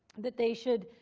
that they should